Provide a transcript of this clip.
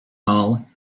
hall